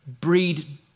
breed